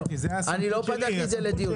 לא פתחתי את זה לדיון.